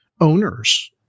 owners